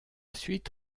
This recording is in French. suite